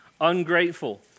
ungrateful